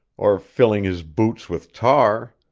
or filling his boots with tar.